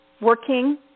working